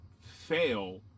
fail